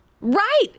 Right